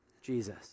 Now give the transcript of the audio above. Jesus